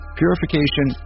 purification